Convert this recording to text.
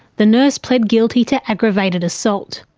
the nurse pled guilty to aggravated assault.